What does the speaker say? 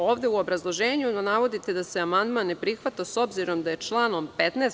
Ovde u obrazloženju navodite da se amandman ne prihvata s obzirom da je članom 15.